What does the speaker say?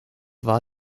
war